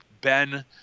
Ben –